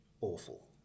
awful